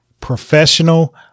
professional